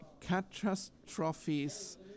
catastrophes